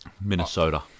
Minnesota